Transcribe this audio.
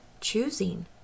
choosing